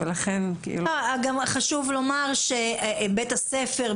גם חשוב לומר שבית הספר,